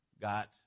got –